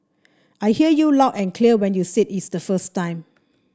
I heard you loud and clear when you said it the first time